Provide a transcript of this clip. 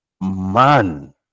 man